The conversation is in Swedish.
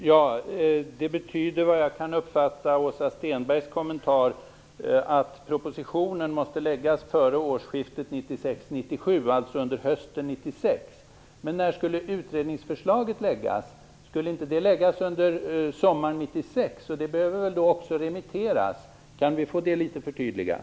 Herr talman! Enligt vad jag kan uppfatta av Åsa Stenbergs kommentar betyder det att propositionen måste läggas fram före årsskiftet 1996-1997, alltså under hösten 1996. Men när skall utredningsförslaget läggas fram? Skulle det inte läggas fram under sommaren 1996? Det behöver väl också sändas ut på remiss. Kan vi få det litet förtydligat?